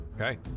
Okay